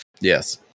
Yes